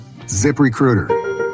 ZipRecruiter